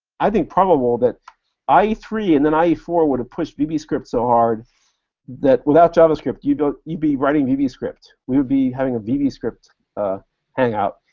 i think, probable that i e three and then i e four would have pushed vbscript so hard that without javascript, you'd ah you'd be writing vbscript. we'd be having a vbscript hangout,